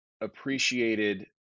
appreciated